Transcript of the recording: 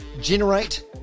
Generate